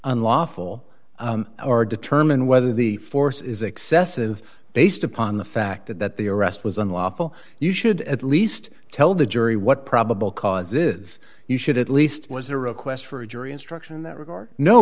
unlawful or determine whether the force is excessive based upon the fact that the arrest was unlawful you should at least tell the jury what probable cause is you should at least was a request for a jury instruction in that regard no